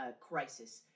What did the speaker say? crisis